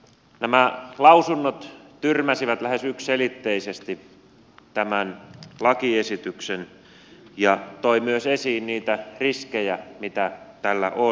nämä lausunnot tyrmäsivät lähes yksiselitteisesti tämän lakiesityksen ja toivat myös esiin niitä riskejä mitä tällä on